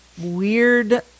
weird